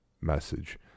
message